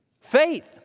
Faith